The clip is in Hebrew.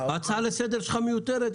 ההצעה לסדר שלך מיותרת.